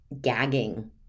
gagging